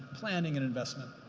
planning and investment?